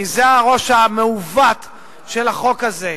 כי זה הראש המעוות של החוק הזה.